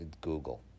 Google